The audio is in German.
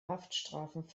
haftstrafen